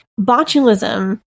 botulism